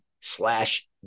slash